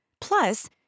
Plus